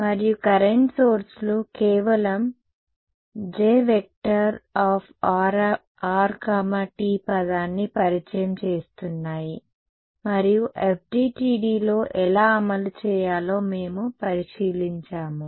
మరియు current source లు కేవలం Jr t పదాన్ని పరిచయం చేస్తున్నాయి మరియు FDTDలో ఎలా అమలు చేయాలో మేము పరిశీలించాము